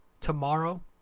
tomorrow